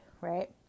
right